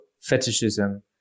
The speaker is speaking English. fetishism